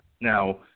Now